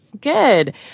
Good